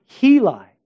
Heli